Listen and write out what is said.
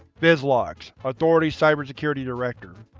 vizlox, authority cyber security director